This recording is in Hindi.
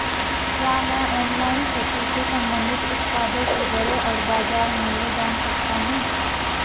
क्या मैं ऑनलाइन खेती से संबंधित उत्पादों की दरें और बाज़ार मूल्य जान सकता हूँ?